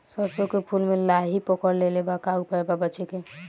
सरसों के फूल मे लाहि पकड़ ले ले बा का उपाय बा बचेके?